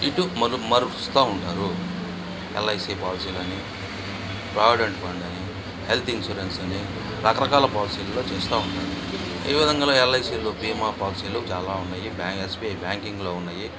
ఇటు మగు మరుస్తు ఉంటారు ఎల్ఐసీ పాలసీలని ప్రావిడెంట్ ఫండ్ అని హెల్త్ ఇన్సూరెన్స్ అని రకరకాల పాలసీలలో చేస్తు ఉంటారు ఈ విధంగా ఎల్ఐసీలో బీమా పాలసీలు చాలా ఉన్నాయి బ్యాం ఎస్బీఐ బ్యాంకింగ్లో ఉన్నాయి